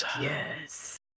Yes